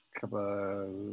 couple